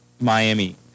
Miami